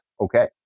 okay